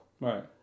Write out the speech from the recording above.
Right